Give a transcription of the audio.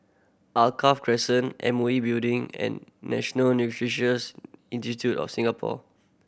Alkaff Crescent M O E Building and National Neuroscience Institute of Singapore